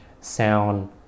sound